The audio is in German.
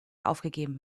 aufgegeben